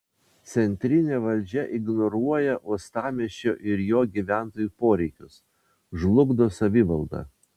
centrinė valdžia ignoruoja uostamiesčio ir jo gyventojų poreikius žlugdo savivaldą